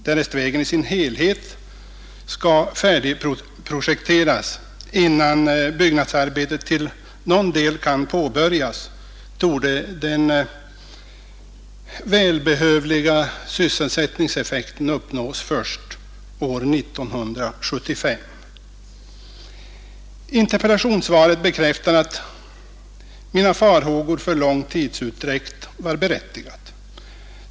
Därest vägen i sin helhet skall färdigprojekteras innan byggnadsarbetet till någon del kan påbörjas, torde den välbehövliga sysselsättningseffekten uppnås först år 1975. Interpellationssvaret bekräftar att mina farhågor för läng tidsutdräkt var berättigade.